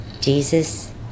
Jesus